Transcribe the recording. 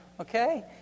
okay